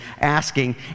asking